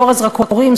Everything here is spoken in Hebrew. לאור הזרקורים,